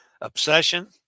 Obsession